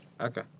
Okay